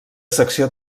secció